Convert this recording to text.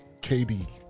KD